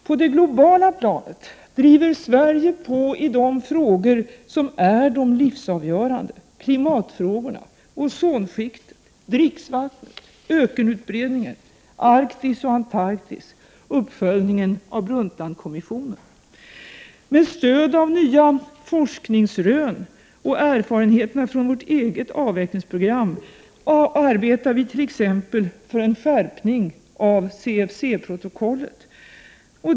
På det globala planet driver Sverige på i de frågor som är de livsavgörande: klimatfrågorna, ozonskiktet, dricksvattnet, ökenutbredningen, Arktis och Antarktis, uppföljningen av Brundtlandkommissionen. Med stöd av nya forskningsrön och erfarenheterna från vårt eget avvecklingsprogram arbetar vi t.ex. för en skärpning av CFC-protokollet.